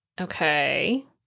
Okay